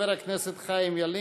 חבר הכנסת חיים ילין,